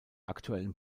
aktuellen